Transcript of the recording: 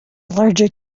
allergic